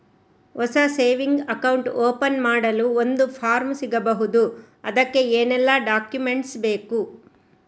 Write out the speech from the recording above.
ಹೊಸ saving account open ಮಾಡಲು ಒಂದು ಫಾರ್ಮ್ ಸಿಗಬಹುದು? ಅದಕ್ಕೆ ಏನೆಲ್ಲಾ ಡಾಕ್ಯುಮೆಂಟ್ಸ್ ಬೇಕು?